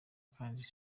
kandi